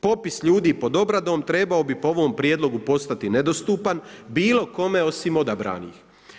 Popis ljudi pod obradom trebao bi po ovom prijedlogu postati nedostupan bilo kome osim odabranih.